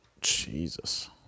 Jesus